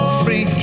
free